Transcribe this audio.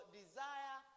desire